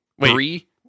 Three